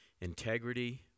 Integrity